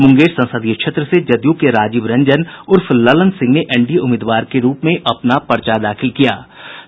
मुंगेर संसदीय क्षेत्र से जदयू के राजीव रंजन उर्फ ललन सिंह ने एनडीए उम्मीदवार के रूप में अपना नामांकन पत्र भरा